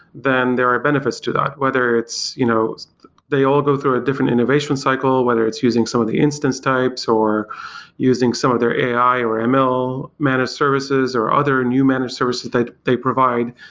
then there are benefits to that. whether you know they all go through a different innovation cycle, whether it's using some of the instance types or using some of their ai or ah ml, managed services or other new managed services that they provide,